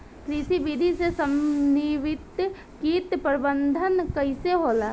कृषि विधि से समन्वित कीट प्रबंधन कइसे होला?